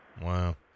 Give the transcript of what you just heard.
Wow